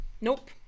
nope